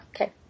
Okay